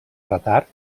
retard